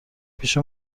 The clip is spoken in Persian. پیش